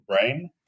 brain